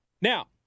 Now